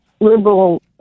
liberal